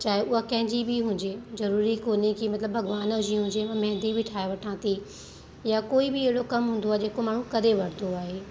ऐं उहा कंहिंजी बि हुजे ज़रूरी कोन्हे कि मतिलबु भॻवान जी हुजे मेहंदी बि ठाहे वठां थी या कोई बि अहिड़ो कम हूंदो आहे जेको माण्हू करे वठंदो आहे